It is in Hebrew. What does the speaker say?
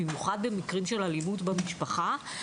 במיוחד במקרים של אלימות במשפחה,